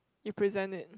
you present it